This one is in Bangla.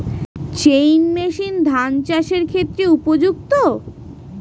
চেইন মেশিন ধান চাষের ক্ষেত্রে উপযুক্ত?